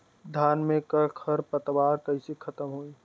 धान में क खर पतवार कईसे खत्म होई?